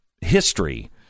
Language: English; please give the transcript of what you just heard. history